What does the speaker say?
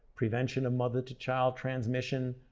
prevention of mother-to-child transmission,